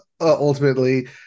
ultimately